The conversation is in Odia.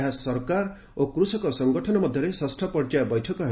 ଏହା ସରକାର ଓ କୃଷକ ସଙ୍ଗଠନ ମଧ୍ୟରେ ଷଷ୍ଠ ପର୍ଯ୍ୟାୟ ବୈଠକ ହେବ